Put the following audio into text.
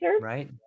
right